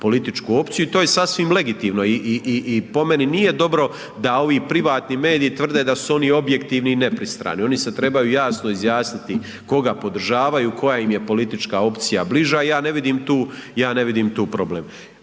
političku opciju i to je sasvim legitimno i, i, i, i po meni nije dobro da ovi privatni mediji tvrde da su oni objektivni i nepristrani, oni se trebaju jasno izjasniti koga podržavaju, koja im je politička opcija bliža, ja ne vidim tu, ja ne